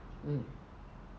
mm